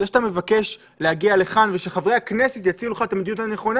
זה שאתה מבקש להגיע לכאן ושחברי הכנסת יציעו לך את המדיניות הנכונה,